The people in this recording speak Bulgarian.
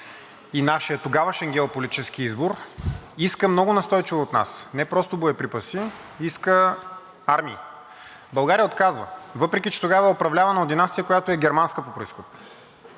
и нашият тогавашен геополитически избор иска много настойчиво от нас не просто боеприпаси, иска армии. България отказва, въпреки че тогава е управлявана от династия, която е германска по произход.